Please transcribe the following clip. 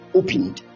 opened